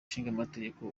ishingamategeko